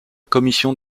commission